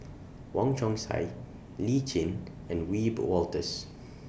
Wong Chong Sai Lee Tjin and Wiebe Wolters